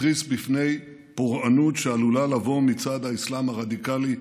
התריס בפני פורענות שעלולה לבוא מצד האסלאם הרדיקלי,